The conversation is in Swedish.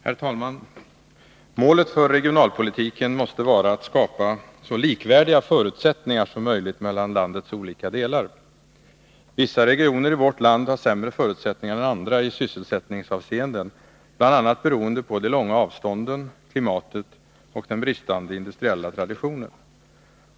Herr talman! Målet för regionalpolitiken måste vara att skapa så likvärdiga förutsättningar som möjligt mellan landets olika delar. Vissa regioner i vårt land har sämre förutsättningar än andra i sysselsättningsavseende, bl.a. beroende på de långa avstånden, klimatet och den bristande industriella traditionen.